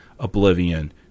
Oblivion